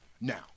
Now